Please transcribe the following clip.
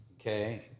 Okay